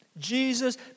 Jesus